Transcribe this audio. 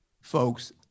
folks